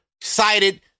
Excited